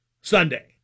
Sunday